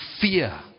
fear